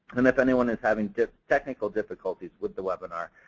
and if anyone is having technical difficulties with the webinar,